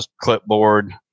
clipboard